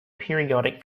periodic